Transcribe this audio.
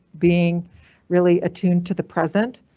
being really attuned to the present.